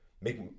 make